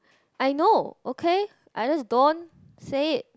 I know okay I just don't say it